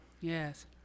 Yes